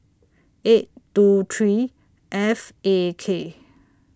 eight two three F A K